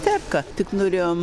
perka tik norėjom